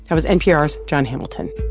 and was npr's jon hamilton